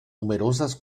numerosas